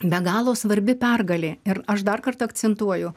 be galo svarbi pergalė ir aš dar kartą akcentuoju